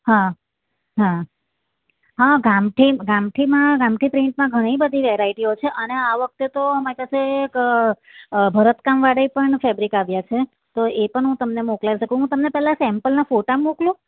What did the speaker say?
હા હ ગામઠી ગામઠીમાં ગામઠી પ્રિન્ટમાં ઘણી બધી વેરાયટીઓ છે અને આ વખતે તો અમારી પાસે એક ભરતકામવાળા પણ ફેબ્રીક આવ્યા છે તો એ પણ હું તમને મોકલાવી શકું હું તમને પેલા સૅમ્પલનાં ફોટા મોકલું